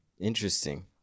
Interesting